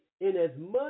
Inasmuch